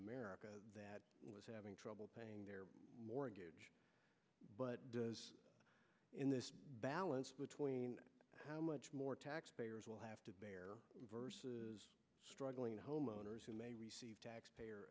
america that was having trouble paying their mortgage but in the balance between how much more taxpayers will have to bear versus struggling homeowners who may receive taxpayer